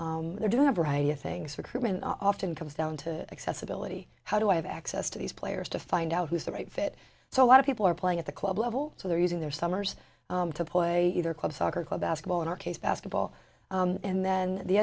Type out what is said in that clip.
criminal often comes down to accessibility how do i have access to these players to find out who's the right fit so a lot of people are playing at the club level so they're using their summers to poyet either club soccer club basketball in our case basketball and then the